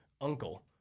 uncle